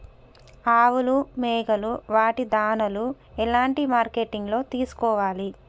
ఆవులు మేకలు వాటి దాణాలు ఎలాంటి మార్కెటింగ్ లో తీసుకోవాలి?